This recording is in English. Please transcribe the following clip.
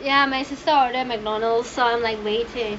ya my sister ordered McDonald's so I am like waiting